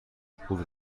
پول